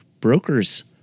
brokers